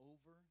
Over